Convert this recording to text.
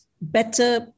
better